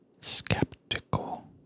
skeptical